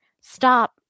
stop